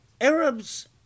Arabs